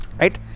right